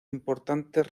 importantes